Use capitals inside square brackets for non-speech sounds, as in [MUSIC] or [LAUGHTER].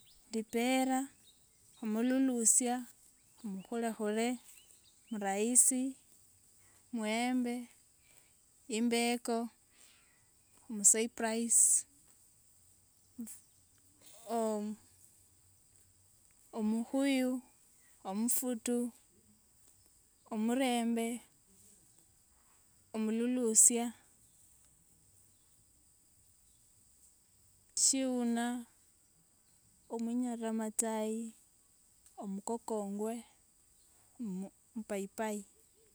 Lipera, omululusia, [NOISE] mukhulakhule, muraisi, muembe, imbeko, musaipraisi, [HESITATION] o- omukhuyu, omufutu, omurembe, omululusia, [UNINTELLIGIBLE] omunyaliramatsayi, omukongwe, mu- mupaipai.